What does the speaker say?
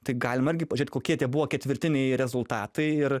tai galima irgi pažiūrėt kokie tie buvo ketvirtiniai rezultatai ir